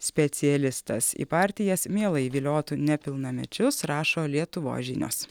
specialistas į partijas mielai viliotų nepilnamečius rašo lietuvos žinios